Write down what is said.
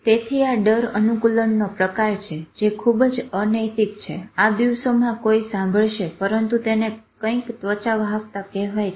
તેથી આ ડર અનુકૂલનનો પ્રકાર છે જે ખુબ જ અનૈતિક છે આ દિવસોમાં કોઈ સાંભળશે પરંતુ તેને કંઈક ત્વચા વાહકતા કહેવાય છે